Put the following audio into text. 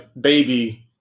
Baby